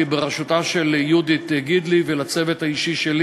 בראשותה של יהודית גידלי ולצוות האישי שלי.